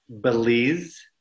Belize